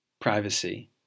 Privacy